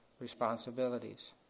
responsibilities